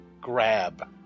grab